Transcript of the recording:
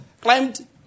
climbed